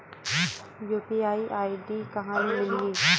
UPI ID कहां ले मिलही?